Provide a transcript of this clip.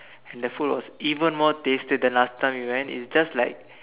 and the food was even more tastier than last time we went it's just like